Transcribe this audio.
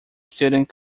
student